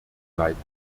leiten